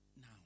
Now